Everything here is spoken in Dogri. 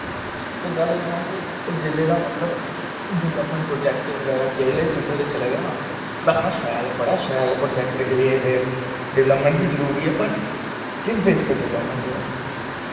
ते गल्ल करां कि जिसले दा मतलव डैवलपमैंट बगैरा प्राजैक्ट जम्मू दे चला दे ना में आखनां बड़ा शैल प्रोजैक्ट एह् ते डैवलपमैंट बी जरूरी ऐ पर किस बेस पर डिवलपमैंट होआ दी